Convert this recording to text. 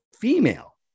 female